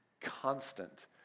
constant